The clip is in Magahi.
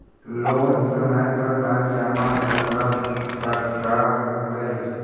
लोन समय पर न जमा करला पर का होतइ?